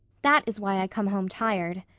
that is why i come home tired.